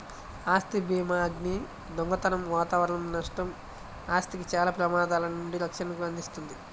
ఆస్తి భీమాఅగ్ని, దొంగతనం వాతావరణ నష్టం, ఆస్తికి చాలా ప్రమాదాల నుండి రక్షణను అందిస్తుంది